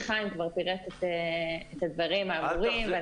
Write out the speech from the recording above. חיים כבר פירט את הדברים האמורים.